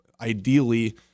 ideally